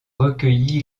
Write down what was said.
recueilli